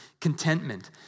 contentment